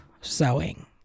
sewing